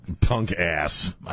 Punk-Ass